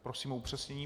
Prosím o upřesnění.